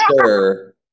sure